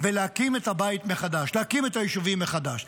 ולהקים את הבית מחדש, להקים את היישובים מחדש.